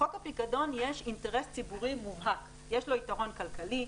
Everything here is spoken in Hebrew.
לחוק הפיקדון יש אינטרס ציבורי מובהק יש לו יתרון כלכלי,